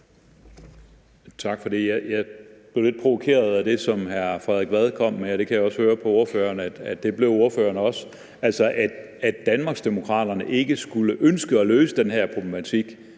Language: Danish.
Tak for det. Jeg blev lidt provokeret af det, som hr. Frederik Vad kom med, og det kan jeg også høre på ordføreren at ordføreren blev, altså at Danmarksdemokraterne ikke skulle ønske at løse den her problematik.